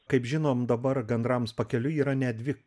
kaip žinom dabar gandrams pakeliui yra net dvi